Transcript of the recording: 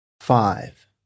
five